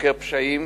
חוקר פשעים